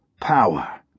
Power